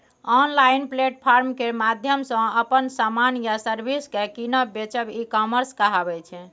online platform केर माध्यमसँ अपन समान या सर्विस केँ कीनब बेचब ई कामर्स कहाबै छै